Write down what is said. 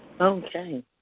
Okay